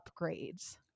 upgrades